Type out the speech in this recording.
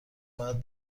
باید